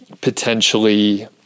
potentially